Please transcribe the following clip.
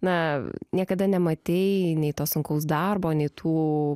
na niekada nematei nei to sunkaus darbo nei tų